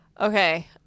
Okay